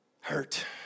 hurt